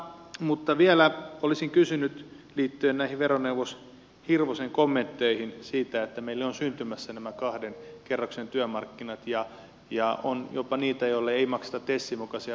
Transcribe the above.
mutta vielä olisin kysynyt liittyen näihin veroneuvos hirvosen kommentteihin siitä kun meille on syntymässä nämä kahden kerroksen työmarkkinat ja on jopa niitä joille ei makseta tesin mukaisia palkkoja